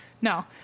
No